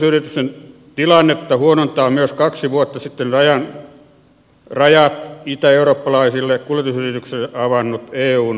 kuljetusyritysten tilannetta huonontaa myös kaksi vuotta sitten rajat itäeurooppalaisille kuljetusyrityksille avannut eun säädösmuutos